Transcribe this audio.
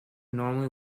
normally